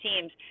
teams